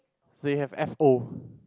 they have F_O